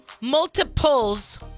multiples